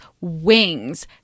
wings